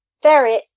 ferret